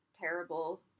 terrible